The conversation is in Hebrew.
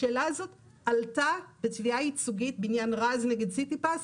השאלה הזאת עלתה בתביעה ייצוגית בעניין רז נגד סיטיפס,